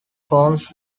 forms